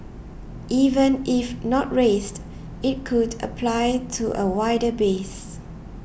even if not raised it could apply to a wider base